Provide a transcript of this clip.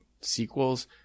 sequels